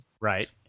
Right